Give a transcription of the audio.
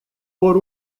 por